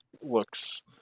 looks